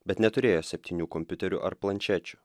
bet neturėjo septynių kompiuterių ar planšečių